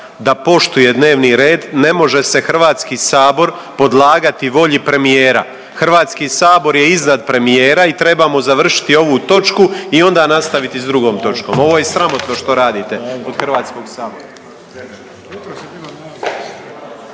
da poštuje dnevni red. Ne može se HS podlagati volji premijera. HS je iznad premijera i trebamo završiti ovu točku i onda nastaviti s drugom točkom. Ovo je sramotno što radite od HS-a.